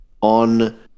on